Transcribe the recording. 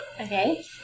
Okay